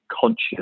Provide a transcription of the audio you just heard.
conscious